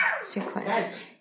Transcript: sequence